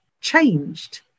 changed